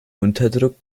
unterdruck